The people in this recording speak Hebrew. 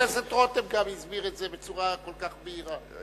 חבר הכנסת רותם גם הסביר את זה בצורה כל כך בהירה.